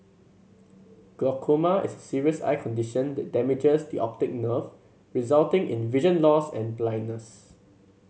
glaucoma is a serious eye condition that damages the optic nerve resulting in vision loss and blindness